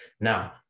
Now